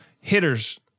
Hitters